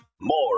More